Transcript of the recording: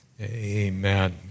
Amen